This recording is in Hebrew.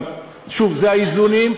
אבל שוב, זה האיזונים.